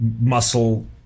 muscle